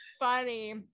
Funny